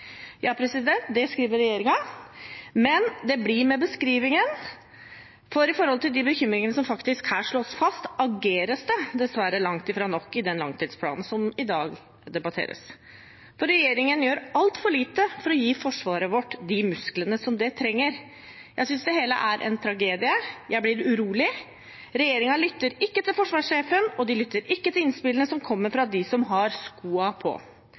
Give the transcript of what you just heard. Det skriver regjeringen, men det blir med beskrivelsen, for i forhold til de bekymringene som faktisk her slås fast, ageres det dessverre langt fra nok i den langtidsplanen som i dag debatteres. For regjeringen gjør altfor lite for å gi forsvaret vårt de musklene som det trenger. Jeg synes det hele er en tragedie, jeg blir urolig. Regjeringen lytter ikke til forsvarssjefen, og de lytter ikke til innspillene som kommer fra dem som har skoene på.